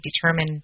determine